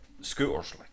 scooters